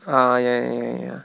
ah ya ya ya ya ya